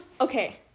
okay